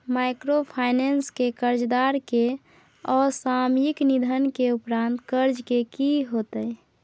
Microfinance के कर्जदार के असामयिक निधन के उपरांत कर्ज के की होतै?